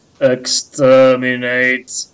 Exterminate